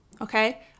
okay